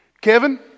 Kevin